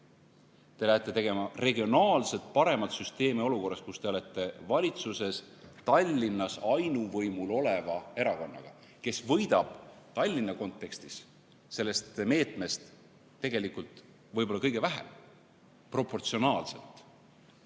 Te lähete tegema regionaalselt paremat süsteemi olukorras, kus te olete valitsuses koos Tallinnas ainuvõimul oleva erakonnaga, kes võidab Tallinna kontekstis sellest meetmest tegelikult võib-olla kõige vähem proportsionaalselt,